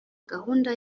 gahunda